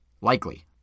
Likely